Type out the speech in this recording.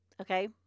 okay